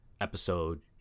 episode